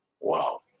Wow